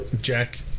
Jack